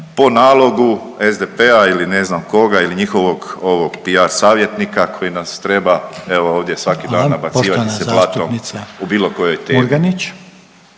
po nalogu SDP-a ili ne znam koga ili njihovog ovog PR savjetnika koji nas treba evo ovdje svaki dan nabacivati …/Upadica Reiner: